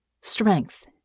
Strength